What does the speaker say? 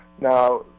Now